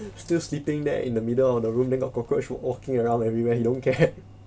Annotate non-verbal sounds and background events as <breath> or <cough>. <breath> still sleeping there in the middle of the room then got cockroach walking around everywhere he don't care